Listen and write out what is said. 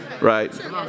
Right